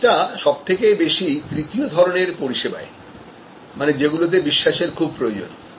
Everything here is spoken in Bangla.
চ্যালেঞ্জটা সবথেকে বেশি তৃতীয় ধরনের পরিষেবায় মানে যেগুলোতে বিশ্বাসের খুব প্রয়োজন